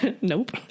Nope